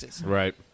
Right